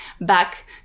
back